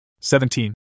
Seventeen